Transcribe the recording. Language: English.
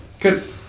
Good